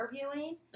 interviewing